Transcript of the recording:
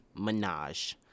Minaj